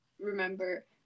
remember